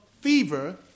fever